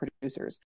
producers